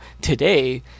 today